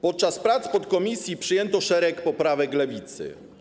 Podczas prac podkomisji przyjęto szereg poprawek Lewicy.